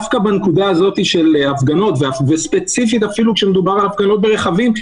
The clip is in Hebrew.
בנקודה של ההפגנות וספציפית אפילו כשמדובר בהפגנות ברכבים,